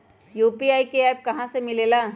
UPI का app कहा से मिलेला?